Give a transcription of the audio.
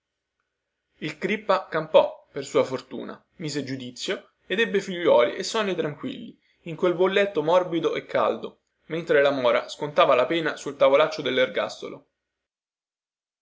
il crippa campò per sua fortuna mise giudizio ed ebbe figliuoli e sonni tranquilli in quel buon letto morbido e caldo mentre la mora scontava la pena sul